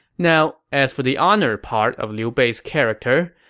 now, as for the honor part of liu bei's characterization,